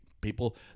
people